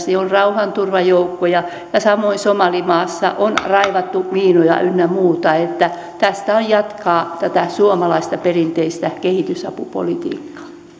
on rauhanturvajoukkoja ja samoin somalimaassa on raivattu miinoja ynnä muuta tästä on hyvä jatkaa tätä suomalaista perinteistä kehitysapupolitiikkaa